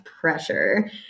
pressure